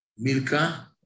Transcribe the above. Milka